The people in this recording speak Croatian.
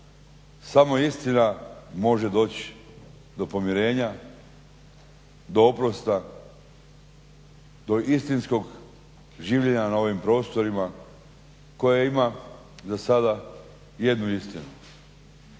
Samo istina može doći do pomirenja do oprosta do istinskog življenja na ovim prostorima koje ima za sada jednu istinu,